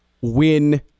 win